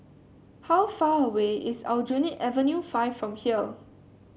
how far away is Aljunied Avenue Five from here